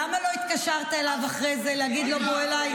למה לא התקשרת אליו אחרי זה להגיד לו: בוא אליי?